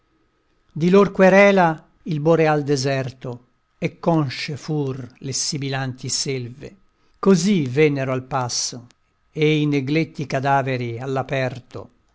di lor querela il boreal deserto e conscie fur le sibilanti selve così vennero al passo e i negletti cadaveri